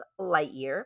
Lightyear